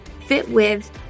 fitwith